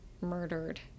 murdered